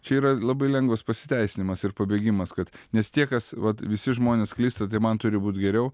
čia yra labai lengvas pasiteisinimas ir pabėgimas kad nes tie kas vat visi žmonės klysta tai man turi būt geriau